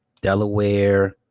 Delaware